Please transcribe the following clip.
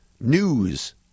news